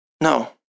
no